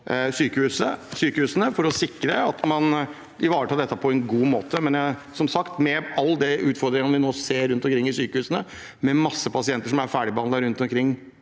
sykehusene for å sikre at man ivaretar dette på en god måte. Som sagt: Med alle de utfordringene vi nå ser rundt omkring i sykehusene i hele landet, med masse pasienter som er ferdigbehandlet, tror